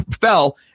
fell